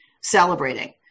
celebrating